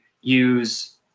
use